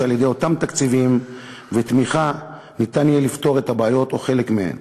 כשעל-ידי אותם תקציבים ותמיכה אפשר לפתור את הבעיות או חלק מהן